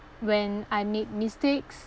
when I make mistakes